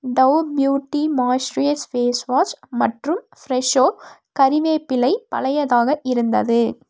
tau beauty moisturise face wash மற்றும் ஃப்ரெஷ்ஷோ கறிவேப்பிலை பழையதாக இருந்தது